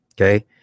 Okay